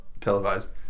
televised